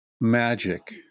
magic